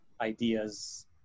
ideas